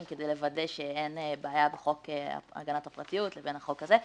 כדי לוודא שאין בעיה בחוק הגנת הפרטיות לבין החוק הזה.